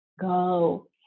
go